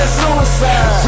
suicide